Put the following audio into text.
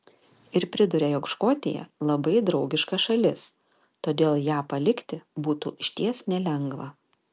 ir priduria jog škotija labai draugiška šalis todėl ją palikti būtų išties nelengva